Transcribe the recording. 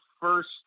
first